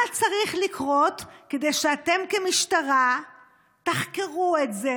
מה צריך לקרות כדי שאתם כמשטרה תחקרו את זה